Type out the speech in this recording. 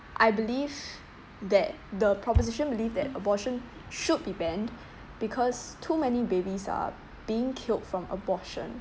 I believe that the proposition believe that abortion should be banned because too many babies are being killed from abortion